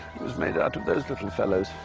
it was made out of those little fellows.